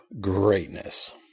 Greatness